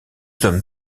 hommes